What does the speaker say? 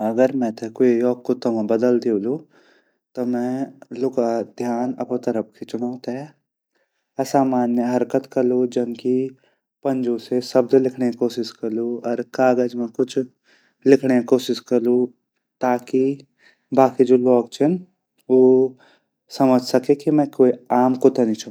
अगर मेते क्वे योक कुत्ता मा बदल दयोलू ता मैं लुका ध्यान अपरी तरफ खींचंडो ते आसामान्य हरकत करलु जन की पंजू से शब्द लिखंडे कोशिश करलू अर कागज़ मा कुछ लिखंडे कोशिश करलू ताकि बाकी जु ल्वॉक छिन उ समझ सके की मैं क्वे आम कुत्ता नि छो।